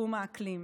בתחום האקלים.